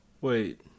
Wait